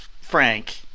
Frank